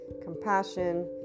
compassion